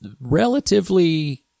relatively